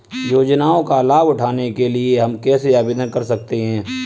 योजनाओं का लाभ उठाने के लिए हम कैसे आवेदन कर सकते हैं?